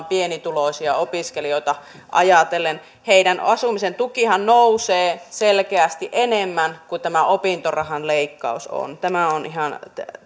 pienituloisia opiskelijoita ajatellen heidän asumisen tukihan nousee selkeästi enemmän kuin tämä opintorahan leikkaus on tämä on ihan